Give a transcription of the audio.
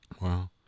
Wow